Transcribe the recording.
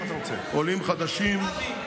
עולים חדשים,